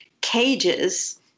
cages